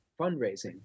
fundraising